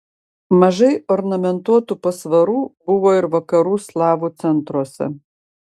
mažai ornamentuotų pasvarų buvo ir vakarų slavų centruose